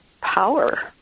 power